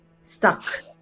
stuck